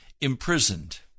imprisoned